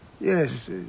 yes